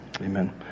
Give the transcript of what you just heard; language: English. amen